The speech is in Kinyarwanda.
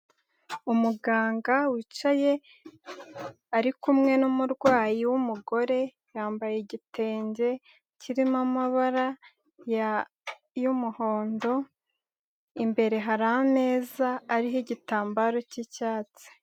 Umuganga wicaye ari kumwe n'umurwayi w'umugore yambaye igitenge kirimo amabara y'umuhondo, imbere hari ameza ariho igitambaro cy'icyatsi.